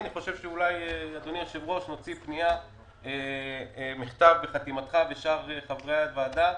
אני חושב שאולי נוציא לממשלה מכתב בחתימתך ושאר חברי הוועדה.